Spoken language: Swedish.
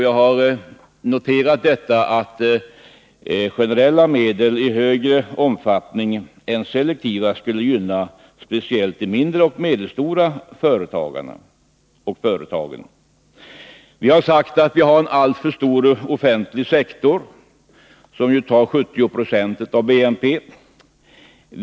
Jag har noterat att generella medel i större omfattning än vad som är fallet med selektiva skulle gynna speciellt de mindre och medelstora företagen. Vi har också sagt att vi i Sverige har en alltför stor offentlig sektor. Den tar ju 70 70 av BNP.